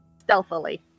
Stealthily